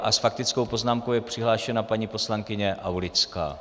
S faktickou poznámkou je přihlášena paní poslankyně Aulická.